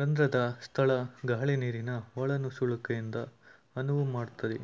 ರಂಧ್ರದ ಸ್ಥಳ ಗಾಳಿ ನೀರಿನ ಒಳನುಸುಳುವಿಕೆಗೆ ಅನುವು ಮಾಡ್ತದೆ